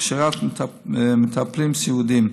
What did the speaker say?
הכשרת מטפלים סיעודיים,